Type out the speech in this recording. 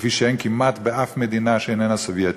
כפי שאין כמעט באף מדינה שאיננה סובייטית,